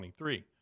23